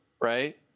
right